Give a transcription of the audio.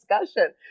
discussion